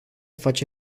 face